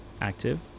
active